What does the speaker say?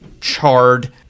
charred